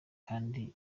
kandi